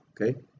okay